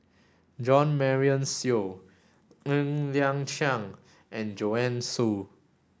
Jo Marion Seow Ng Liang Chiang and Joanne Soo